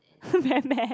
damn bad